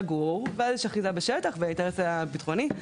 לגור ואז יש אחיזה בשטח באינטרס הביטחוני.